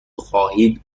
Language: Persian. خواهید